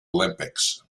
olympics